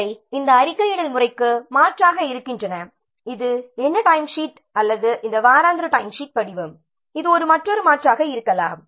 இவை இந்த அறிக்கையிடல் முறைக்கு மாற்றாக இருக்கின்றன இது என்ன டைம்ஷீட் அல்லது இந்த வாராந்திர டைம்ஷீட் படிவம் இது மற்றொரு மாற்றாக இருக்கலாம்